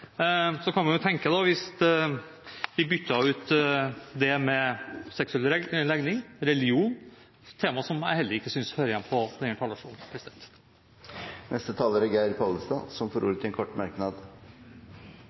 Man kan tenke seg at vi byttet ut etnisitet med seksuell legning eller religion – tema som jeg heller ikke synes hører hjemme på denne talerstolen. Representanten Geir Pollestad har hatt ordet to ganger tidligere og får ordet til en kort merknad,